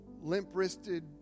limp-wristed